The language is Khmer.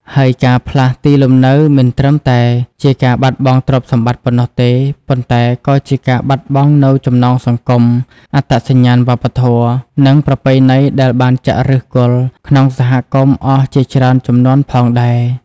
ហើយការផ្លាស់ទីលំនៅមិនត្រឹមតែជាការបាត់បង់ទ្រព្យសម្បត្តិប៉ុណ្ណោះទេ ប៉ុន្តែក៏ជាការបាត់បង់នូវចំណងសង្គម អត្តសញ្ញាណវប្បធម៌ និងប្រពៃណីដែលបានចាក់ឫសគល់ក្នុងសហគមន៍អស់ជាច្រើនជំនាន់ផងដែរ។